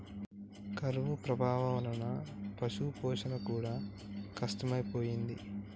కరువు ప్రభావం వలన పశుపోషణ కూడా కష్టమైపోయింది